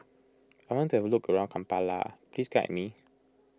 I want to have a look around Kampala please guide me